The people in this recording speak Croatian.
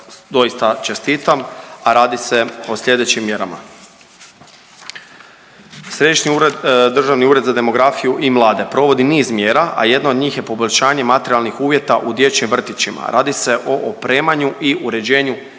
doista čestitam, a radi se o sljedećim mjerama. Središnji državni ured za demografiju i mlade provodi niz mjera, a jedno od njih je poboljšanje materijalnih uvjeta u dječjim vrtićima. Radi se o opremanju i uređenju